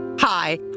Hi